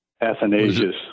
Athanasius